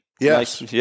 Yes